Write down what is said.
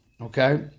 okay